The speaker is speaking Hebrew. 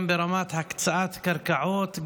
גם ברמת הקצאת קרקעות,